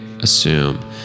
assume